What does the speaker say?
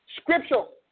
scriptural